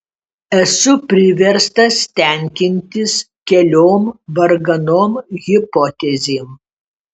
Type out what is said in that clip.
esu priverstas tenkintis keliom varganom hipotezėm